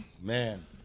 man